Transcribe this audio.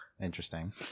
Interesting